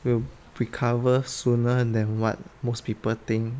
will recover sooner than what most people think